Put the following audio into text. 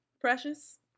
Precious